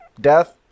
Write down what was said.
Death